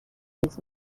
تیز